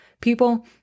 people